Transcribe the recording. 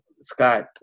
Scott